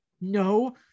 no